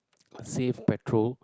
save petrol